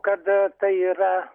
kada tai yra